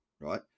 right